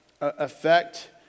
affect